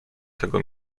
tego